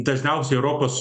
dažniausiai europos